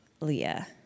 Leah